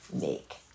Make